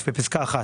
בפסקה (1),